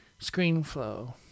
ScreenFlow